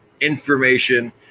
information